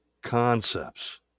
concepts